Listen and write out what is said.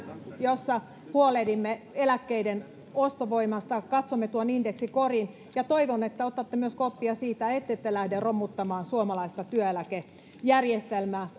jossa huolehdimme eläkkeiden ostovoimasta katsomme tuon indeksikorin toivon että otatte myös kopin siitä ettette lähde romuttamaan suomalaista työeläkejärjestelmää